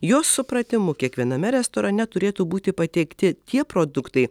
jos supratimu kiekviename restorane turėtų būti patiekti tie produktai